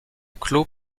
clos